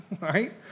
right